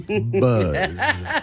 buzz